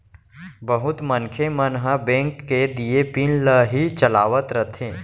बहुत मनखे मन ह बेंक के दिये पिन ल ही चलावत रथें